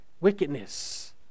Wickedness